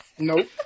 Nope